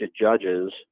judges